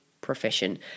profession